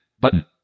Button